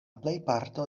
plejparto